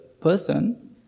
person